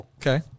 Okay